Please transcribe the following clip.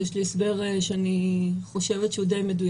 אז יש לי הסבר שאני חושבת שהוא די מדויק.